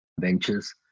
ventures